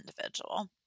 individual